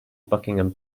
buckingham